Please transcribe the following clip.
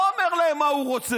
הוא לא אומר להם מה הוא רוצה,